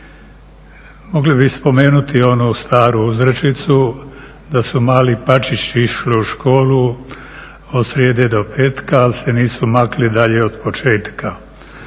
Mogli bi spomenuti onu staru uzrečicu da su mali pačići išli u školu od srijede do petka, ali se nisu makli dalje od početka.